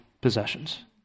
possessions